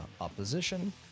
opposition